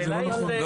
כי זה לא נכון.